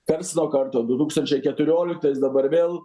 karts nuo karto du tūkstančiai keturioliktais dabar vėl